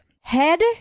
Head